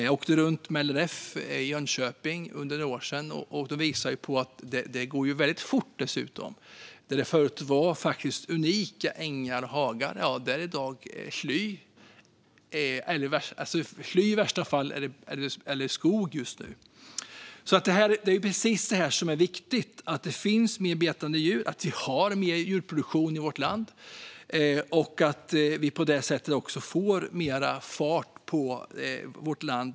Jag åkte runt med LRF i Jönköping för några år sedan, och då visade man att det går fort. Där det förut var unika ängar och hagar är i dag skog eller i värsta fall sly. Det är viktigt att det finns fler betande djur, att det finns mer djurproduktion i vårt land och att vi på det sättet får mer fart på vårt land.